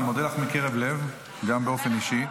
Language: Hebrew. אני מודה לך מקרב לב, גם באופן אישי.